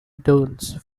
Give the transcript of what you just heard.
duns